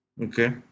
Okay